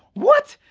what?